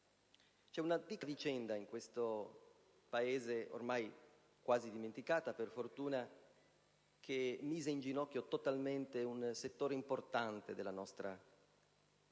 è un'antica vicenda in questo Paese, ormai quasi dimenticata per fortuna, che mise in ginocchio totalmente un settore importante della nostra produzione